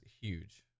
huge